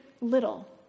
little